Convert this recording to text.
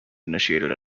initiated